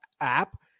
app